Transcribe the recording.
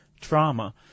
trauma